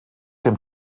dem